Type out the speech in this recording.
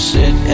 Sit